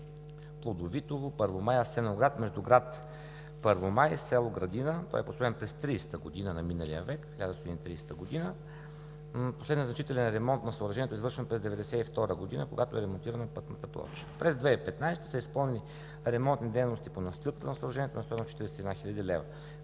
Плодовитово – Първомай – Асеновград, между град Първомай и село Градина. Той е построен през 1930-та година на миналия век. Последният значителен ремонт на съоръжението е извършен през 1992 г., когато е ремонтирана пътната плоча. През 2015 г. са изпълнени ремонтни дейности по настилките на съоръжението на стойност 41 хил. лв.